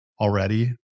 already